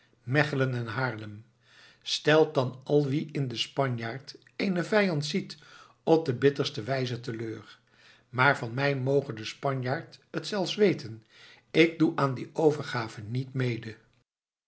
mechelen en haarlem stelt dan al wie in den spanjaard eenen vijand ziet op de bitterste wijze teleur maar van mij moge de spanjaard het zelfs weten ik doe aan die overgave niet mede